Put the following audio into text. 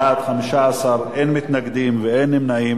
בעד, 15, אין מתנגדים ואין נמנעים.